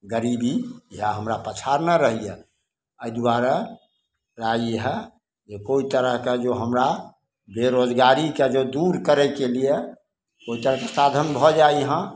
गरीबी इएह हमरा पछाड़ने रहैए एहि दुआरे जे राय ई हइ तरहके जो हमरा बेरोजगारीके जे दूर करैके लिए एकटा साधन भऽ जाइ इहाँ